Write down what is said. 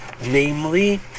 Namely